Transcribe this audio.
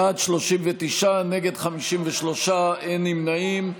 בעד, 39, נגד, 53, אין נמנעים.